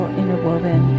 interwoven